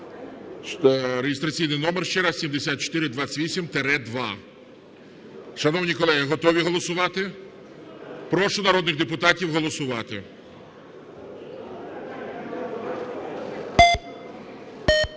Реєстраційний номер, ще раз, 7428-2. Шановні колеги, готові голосувати? Прошу народних депутатів голосувати.